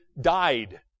died